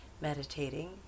meditating